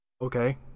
okay